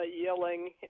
yelling